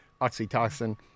oxytocin